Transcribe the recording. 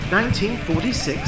1946